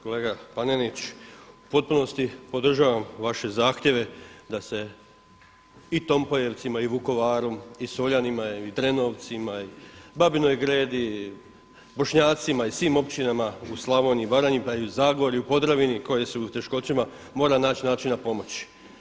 Kolega Panenić, u potpunosti podržavam vaše zahtjeve da se i Tompojevcima i Vukovarom i Soljanima i Drenovcima, Babinoj Gredi, Bošnjacima i svim općinama u Slavoniji i Baranji, pa i u Zagorju i Podravini koje su u teškoćama mora naći načina pomoći.